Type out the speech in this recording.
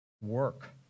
work